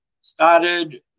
Started